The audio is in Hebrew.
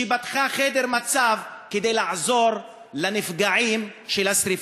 שפתחה חדר מצב כדי לעזור לנפגעים מהשרפות.